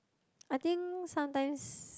I think sometimes